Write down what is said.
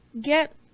get